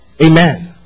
Amen